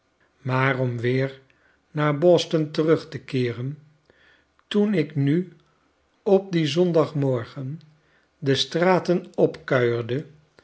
maar om weer naar boston terug te keeren toen ik nu op dien zondagmorgen de straten